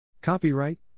Copyright